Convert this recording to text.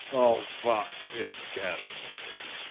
oh fuck, it's ketamine.